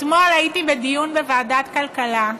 אתמול הייתי בדיון בוועדת הכלכלה.